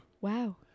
Wow